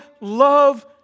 love